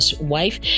wife